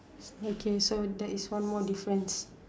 okay so that is one more difference